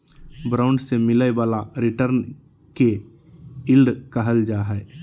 bond से मिलय वाला रिटर्न के यील्ड कहल जा हइ